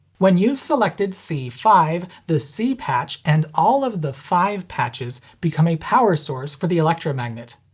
when you've selected c five, the c patch and all of the five patches become a power source for the electromagnet.